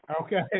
Okay